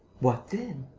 what then?